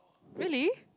really